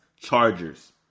chargers